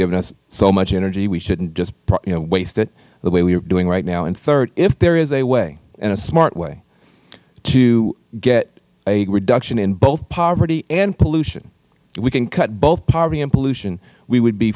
given us so much energy we shouldn't just you know waste it the way we are doing right now and third if there is a way and a smart way to get a reduction in both poverty and pollution we can cut both poverty and pollution we would be